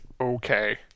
okay